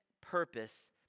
purpose